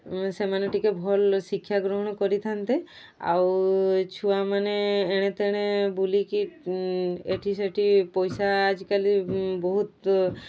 ସେମାନେ ଟିକିଏ ଭଲ ଶିକ୍ଷା ଗ୍ରହଣ କରିଥାନ୍ତେ ଆଉ ଛୁଆମାନେ ଏଣେ ତେଣେ ବୁଲିକି ଏଠି ସେଠି ପଇସା ଆଜିକାଲି ବହୁତ